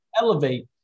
elevate